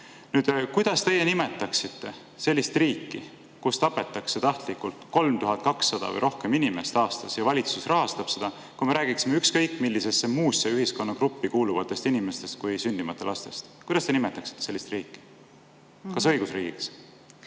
Kuidas teie nimetaksite sellist riiki, kus tapetakse tahtlikult 3200 või rohkem inimest aastas ja valitsus rahastab seda, kui me räägiksime ükskõik millisesse muusse ühiskonnagruppi kuuluvatest inimestest, mitte sündimata lastest? Kuidas te nimetaksite sellist riiki? Kas õigusriigiks?